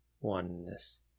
oneness